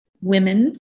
women